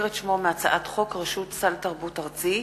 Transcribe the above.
את שמו מהצעת חוק רשות סל תרבות ארצי,